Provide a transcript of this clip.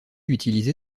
utilisé